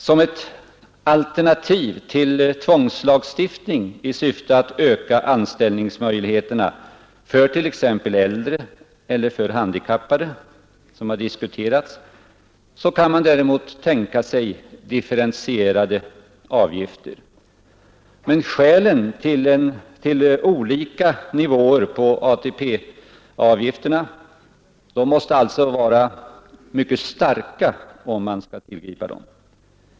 Som ett alternativ till tvångslagstiftning i syfte att öka anställningsmöjligheterna för t.ex. äldre och handikappade, som har diskuterats, kan man tänka sig differentierade avgifter. Men skälen måste vara mycket starka om man skall tillgripa ATP-avgifter på olika nivåer.